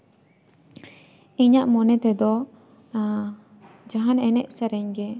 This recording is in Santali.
ᱤᱧᱟᱹᱜ ᱢᱚᱱᱮ ᱛᱮᱫᱚ ᱡᱟᱦᱟᱱ ᱮᱱᱮᱡ ᱥᱮᱨᱮᱧ ᱜᱮ ᱟᱹᱰᱤ